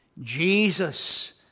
Jesus